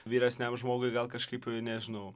vyresniam žmogui gal kažkaip nežinau